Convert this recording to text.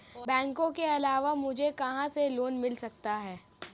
बैंकों के अलावा मुझे कहां से लोंन मिल सकता है?